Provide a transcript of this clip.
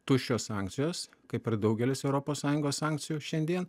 tuščios sankcijos kaip ir daugelis europos sąjungos sankcijų šiandien